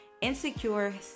Insecure